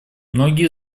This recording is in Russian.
многие